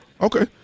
Okay